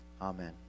Amen